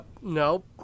no